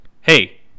Hey